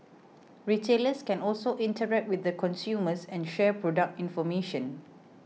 retailers can also interact with the consumers and share product information